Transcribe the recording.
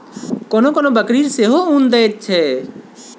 कोनो कोनो बकरी सेहो उन दैत छै